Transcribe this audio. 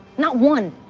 not one.